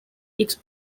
its